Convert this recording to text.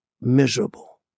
miserable